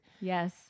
Yes